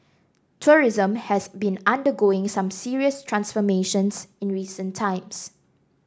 tourism has been undergoing some serious transformations in recent times